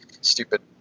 stupid